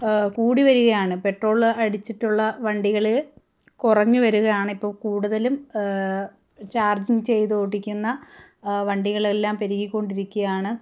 കൂടി വരുകയാണ് പെട്രോള് അടിച്ചിട്ടുള്ള വണ്ടികൾ കുറഞ്ഞു വരുകയാണ് ഇപ്പോൾ കൂടുതലും ചാർജിങ് ചെയ്ത് ഓട്ടിക്കുന്ന വണ്ടികൾ എല്ലാം പെരുകി കൊണ്ടിരിക്കുകയാണ്